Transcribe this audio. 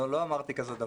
לא אמרתי דבר כזה.